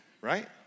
right